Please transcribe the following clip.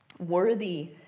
Worthy